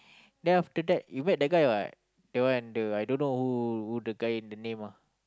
then after that you met that guy [what] that one the I don't know who who the guy the name ah